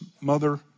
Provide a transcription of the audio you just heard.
mother